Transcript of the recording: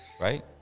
Right